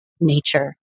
nature